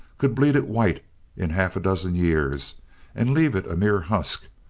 could bleed it white in half a dozen years and leave it a mere husk,